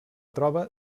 troba